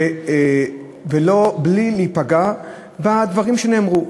ובלי להיפגע מהדברים שנאמרו.